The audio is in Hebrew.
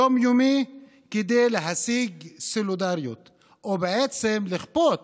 יום-יומי, כדי להשיג סולידריות או בעצם לכפות